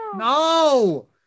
No